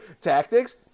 tactics